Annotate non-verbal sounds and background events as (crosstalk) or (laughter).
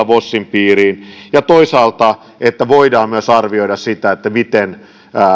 (unintelligible) vosin piiriin ja toisaalta on voitava myös arvioida sitä miten